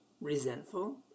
resentful